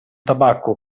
tabacco